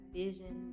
vision